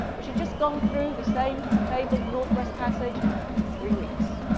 which had just gone through the same fabled northwest passage in three weeks,